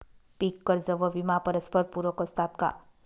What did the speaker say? पीक कर्ज व विमा परस्परपूरक असतात का?